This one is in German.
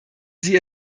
sie